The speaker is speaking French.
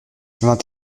vingt